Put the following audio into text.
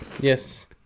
yes